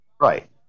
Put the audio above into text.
right